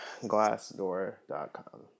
Glassdoor.com